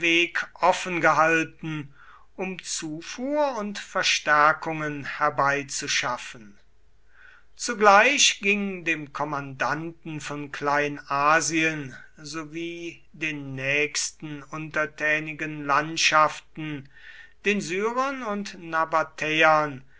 offen gehalten um zufuhr und verstärkungen herbeizuschaffen zugleich ging dem kornmandanten von kleinasien sowie den nächsten untertänigen landschaften den syrern und